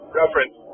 reference